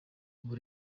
ubu